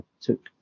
took